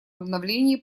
обновлении